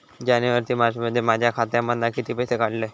जानेवारी ते मार्चमध्ये माझ्या खात्यामधना किती पैसे काढलय?